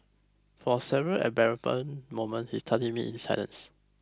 for several embarrassing moments he studied me in silence